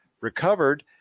recovered